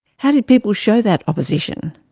how did people show that opposition?